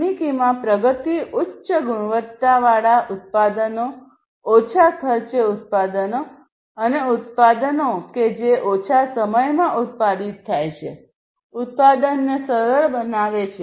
તકનીકીમાં પ્રગતિ ઉચ્ચ ગુણવત્તાવાળા ઉત્પાદનો ઓછા ખર્ચે ઉત્પાદનો અને ઉત્પાદનો કે જે ઓછા સમયમાં ઉત્પાદિત થાય છે ઉત્પાદનને સરળ બનાવે છે